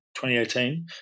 2018